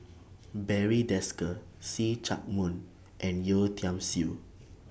Barry Desker See Chak Mun and Yeo Tiam Siew